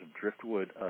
driftwood